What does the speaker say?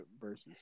versus